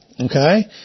Okay